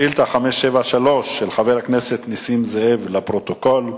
שאילתא 573 של חבר הכנסת נסים זאב, לפרוטוקול.